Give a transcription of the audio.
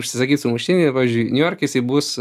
užsisakyt sumuštinį pavyzdžiui niujorke jisai bus